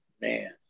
Man